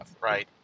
right